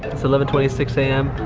it's eleven twenty six a m.